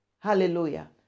hallelujah